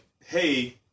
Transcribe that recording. hey